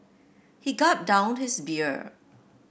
he gulped down his beer